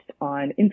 on